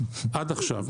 עד עכשיו.